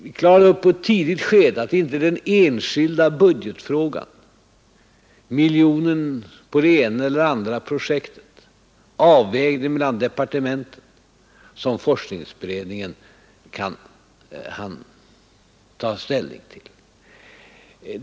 Vi klarlade i ett tidigt skede att det inte är den enskilda budgetfrågan, miljonen till det ena eller andra projektet, avvägningen mellan departementen som forskningsberedningen skall ta ställning till.